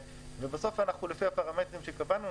ובסוף לפי הפרמטרים שקבענו,